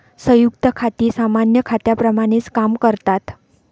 संयुक्त खाती सामान्य खात्यांप्रमाणेच काम करतात